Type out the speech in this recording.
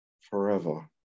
forever